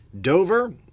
dover